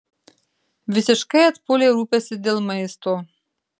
visiškai atpuolė rūpestis dėl maisto